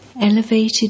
Elevated